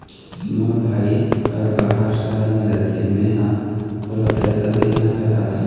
मोर भाई हर बाहर शहर में रथे, मै ह ओला पैसा भेजना चाहथों